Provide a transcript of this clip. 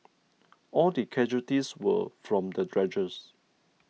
all the casualties were from the dredger